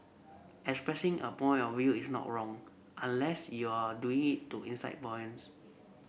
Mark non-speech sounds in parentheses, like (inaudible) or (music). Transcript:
expressing a point of view is not wrong unless you're doing it to incite (unintelligible)